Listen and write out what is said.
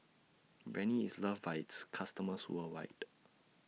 Rene IS loved By its customers worldwide